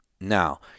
Now